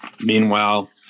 meanwhile